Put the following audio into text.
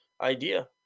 idea